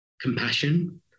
compassion